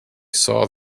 saw